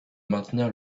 maintenir